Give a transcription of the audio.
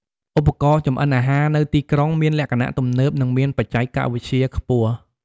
ឧបករណ៍ចម្អិនអាហារនៅទីក្រុងមានលក្ខណៈទំនើប និងមានបច្ចេកវិទ្យាខ្ពស់។